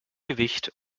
gewicht